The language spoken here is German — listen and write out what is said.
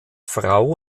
frau